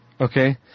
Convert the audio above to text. Okay